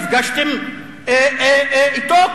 נפגשתם אתו.